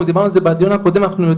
אנחנו דיברנו על זה בדיון הקודם,